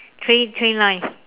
three three lines